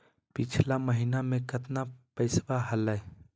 पिछला महीना मे कतना पैसवा हलय?